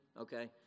Okay